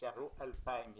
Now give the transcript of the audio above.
נשארו 2,000 ילדים,